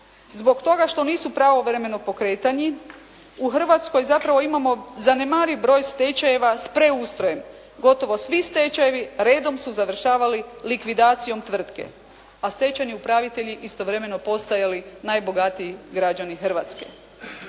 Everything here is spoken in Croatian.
Zbog toga što nisu pravovremeno pokretani u Hrvatskoj zapravo imamo zanemariv broj stečajeva s preustrojem, gotovo svi stečajevi redom su završavali likvidacijom tvrtke, a stečajni upravitelji istovremeno postajali najbogatiji građani Hrvatske.